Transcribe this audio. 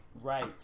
Right